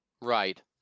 Right